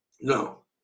No